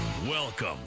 Welcome